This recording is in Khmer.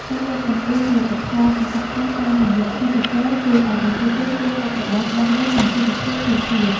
ការលើកកម្ពស់ផលិតផលសហគមន៍តាមរយៈទេសចរណ៍ជួយឱ្យប្រជាជនមានមុខរបរច្បាស់លាស់និងជីវភាពធូរធារ។